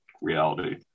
reality